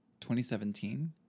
2017